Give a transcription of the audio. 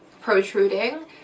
protruding